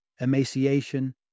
emaciation